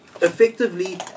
effectively